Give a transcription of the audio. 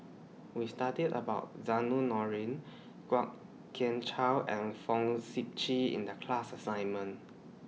We studied about Zainudin Nordin Kwok Kian Chow and Fong Sip Chee in The class assignment